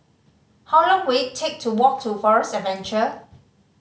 how long will it take to walk to Forest Adventure